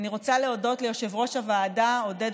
אני רוצה להודות ליושב-ראש הוועדה עודד